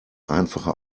einfache